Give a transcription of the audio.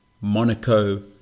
Monaco